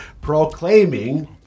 proclaiming